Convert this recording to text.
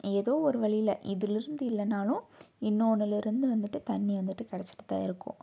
ஏதோ ஒரு வழியில் இதில் இருந்து இல்லைனாலும் இன்னொன்னுலிருந்து வந்துட்டு தண்ணி வந்துட்டு கிடச்சிட்டு தான் இருக்கும்